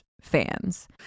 fans